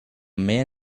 man